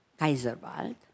Kaiserwald